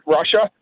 Russia